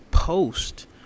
Post